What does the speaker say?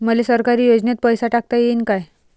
मले सरकारी योजतेन पैसा टाकता येईन काय?